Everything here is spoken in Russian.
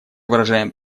выражаем